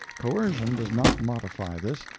coercion does not modify this,